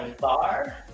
bar